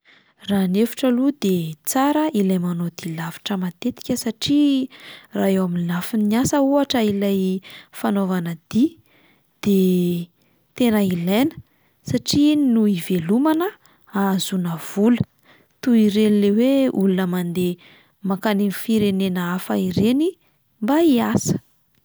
Raha ny hevitro aloha de tsara ilay manao dia lavitra matetika satria raha eo amin'ny lafin'ny asa ohatra ilay fanaovana dia de tena ilaina satria iny no ivelomana ahazoana vola toy ireny 'lay hoe olona mandeha makany amin'ny firenena hafa ireny mba hiasa.